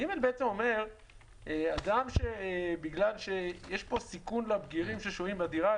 (ג) אומר שיש סיכון לבגירים ששוהים בדירה,